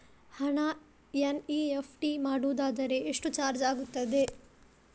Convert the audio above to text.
ಹಣ ಎನ್.ಇ.ಎಫ್.ಟಿ ಮಾಡುವುದಾದರೆ ಎಷ್ಟು ಚಾರ್ಜ್ ಆಗುತ್ತದೆ?